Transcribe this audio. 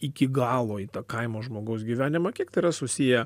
iki galo į tą kaimo žmogaus gyvenimą kiek tai yra susiję